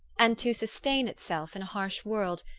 and to sustain itself in a harsh world,